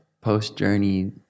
post-journey